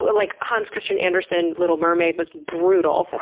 like hans christian andersen little mermaid was brutal,